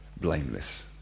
blameless